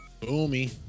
Boomy